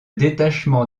détachement